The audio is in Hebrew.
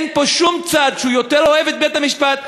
אין פה שום צד שיותר אוהב את בית-המשפט.